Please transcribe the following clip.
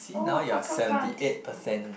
see now you are seventy eight percent